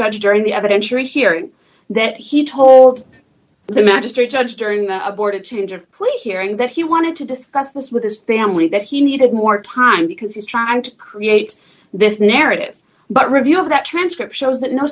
judge during the evidence you're hearing that he told the magistrate judge during the aborted change of pleas hearing that he wanted to discuss this with his family that he needed more time because he's trying to create this narrative but review of that transcript shows that no